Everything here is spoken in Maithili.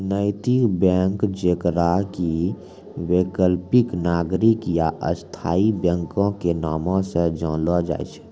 नैतिक बैंक जेकरा कि वैकल्पिक, नागरिक या स्थायी बैंको के नामो से जानलो जाय छै